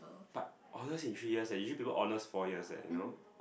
but honours in three years leh usually people four years leh you know